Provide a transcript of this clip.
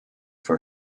for